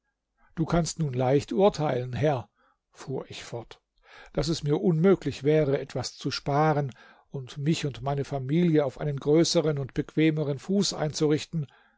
du kannst nun leicht urteilen herr fuhr ich fort daß es mir unmöglich wäre etwas zu ersparen und mich und meine familie auf einen größeren und bequemeren fuß einzurichten